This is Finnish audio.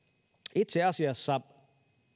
itse asiassa